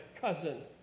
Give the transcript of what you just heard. cousin